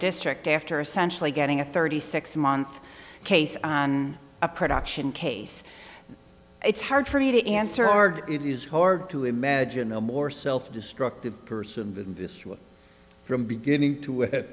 district after essentially getting a thirty six month case on a production case it's hard for me to answer hard it is hard to imagine a more self destructive person from beginning to